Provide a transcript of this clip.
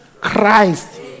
Christ